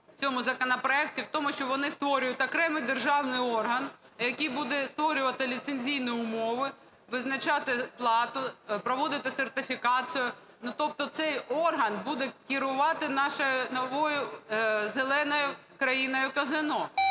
в цьому законопроекті в тому, що вони створюють окремий державний орган, який буде створювати ліцензійні умови, визначати плату, проводити сертифікацію. Ну, тобто цей орган буде керувати нашою новою "зеленою" країною казино.